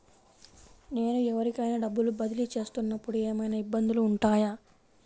నేను ఎవరికైనా డబ్బులు బదిలీ చేస్తునపుడు ఏమయినా ఇబ్బందులు వుంటాయా?